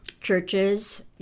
churches